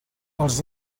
els